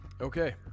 Okay